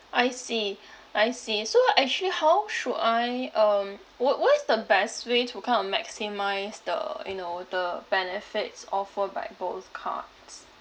I see I see so actually how should I um wh~ what is the best way to kind of maximise the you know the benefits offered by both cards